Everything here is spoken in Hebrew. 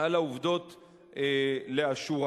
על העובדות לאשורן,